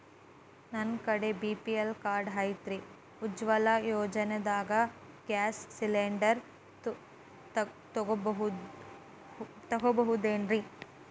ನನ್ನ ಕಡೆ BPL card ಐತ್ರಿ, ಉಜ್ವಲಾ ಯೋಜನೆದಾಗ ಗ್ಯಾಸ್ ಸಿಲಿಂಡರ್ ತೊಗೋಬಹುದೇನ್ರಿ?